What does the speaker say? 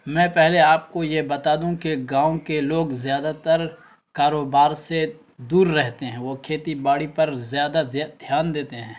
میں پہلے آپ کو یہ بتا دوں کہ گاؤں کے لوگ زیادہ تر کاروبار سے دور رہتے ہیں وہ کھیتی باڑی پر زیادہ دھیان دیتے ہیں